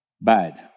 bad